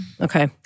okay